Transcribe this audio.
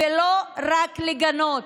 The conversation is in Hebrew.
ולא רק לגנות.